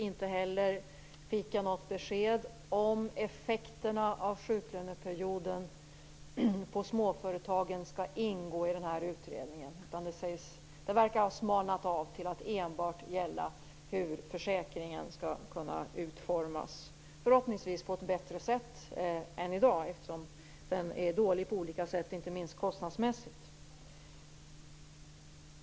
Inte heller fick jag något besked om sjuklöneperiodens effekter på småföretagen skall ingå i utredningen. Det hela verkar ha smalnat av till att enbart gälla hur försäkringen skall utformas - förhoppningsvis på ett bättre sätt än som i dag är fallet. Försäkringen är dålig på olika sätt, inte minst kostnadsmässigt.